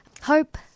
hope